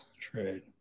trade